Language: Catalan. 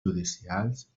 judicials